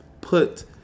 put